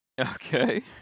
Okay